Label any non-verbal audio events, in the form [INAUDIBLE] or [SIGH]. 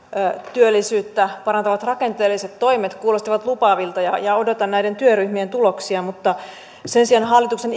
työllisyyttä parantavat rakenteelliset toimet kuulostivat lupaavilta ja ja odotan näiden työryhmien tuloksia mutta sen sijaan hallituksen [UNINTELLIGIBLE]